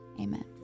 Amen